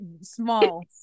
Small